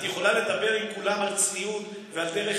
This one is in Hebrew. את יכולה לדבר עם כולם על צניעות ועל דרך